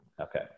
Okay